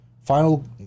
Final